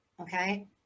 okay